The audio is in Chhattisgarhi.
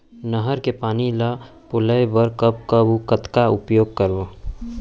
नहर के पानी ल पलोय बर कब कब अऊ कतका उपयोग करंव?